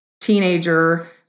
teenager